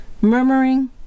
murmuring